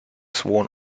sworn